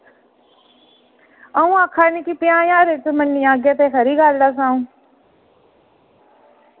अ'ऊं आक्खा नी कि पंजाह् ज्हारै च मन्नी जाह्गे ते खरी गल्ल ऐ सगुआं